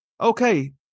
okay